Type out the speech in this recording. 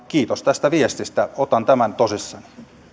kiitos tästä viestistä otan tämän tosissani